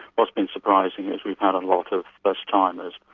what's been surprising is we've had a lot of first-timers.